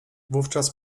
wówczas